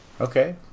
Okay